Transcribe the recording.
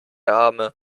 arme